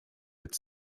its